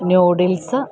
noodles